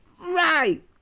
Right